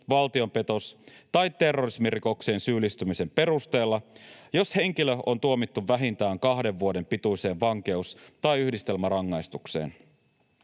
valtiopetos- tai terrorismirikokseen syyllistymisen perusteella, jos henkilö on tuomittu vähintään kahden vuoden pituiseen vankeus- tai yhdistelmärangaistukseen.